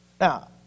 Now